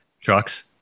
trucks